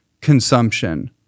consumption